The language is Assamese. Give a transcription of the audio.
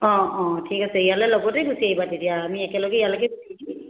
অঁ অঁ ঠিক আছে ইয়ালে লগতে গুচি আহিবা তেতিয়া আমি একেলগে ইয়ালৈকে